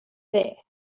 there